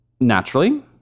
naturally